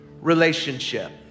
relationship